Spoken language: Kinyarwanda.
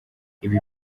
ibi